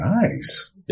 Nice